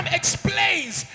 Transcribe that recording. explains